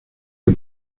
que